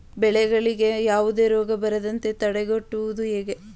ಬೆಳೆಗಳಿಗೆ ಯಾವುದೇ ರೋಗ ಬರದಂತೆ ತಡೆಗಟ್ಟುವುದು ಹೇಗೆ?